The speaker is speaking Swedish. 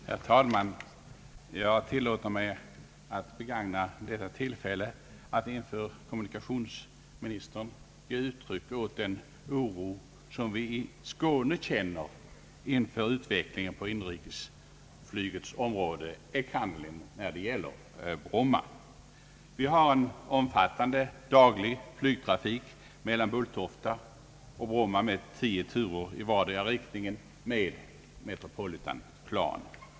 Herr talman! Jag tillåter mig begagna detta tillfälle att inför kommunikationsministern ge uttryck åt den oro som vi i Skåne känner inför utvecklingen på inrikesflygets område, enkannerligen när det gäller Bromma. En omfattande flygtrafik äger rum mellan Bulltofta och Bromma med tio turer per dag i vardera riktningen med Metropolitan-plan.